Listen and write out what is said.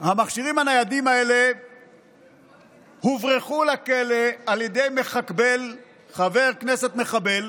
המכשירים הניידים האלה הוברחו לכלא על ידי חבר כנסת מחבל,